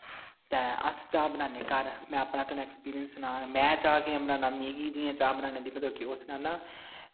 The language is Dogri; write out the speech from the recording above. तां अस चाह् बनाने घर में अपना तुसेंगी एक्सपीरियंस सनाना में चाह् कियां बनाना मिगी जियां चाह् बनाना औंदी ओह् सनाना